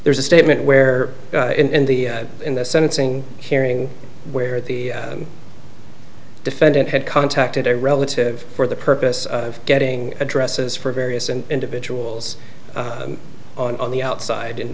there's a statement where in the in the sentencing hearing where the defendant had contacted a relative for the purpose of getting addresses for various and individuals on the outside and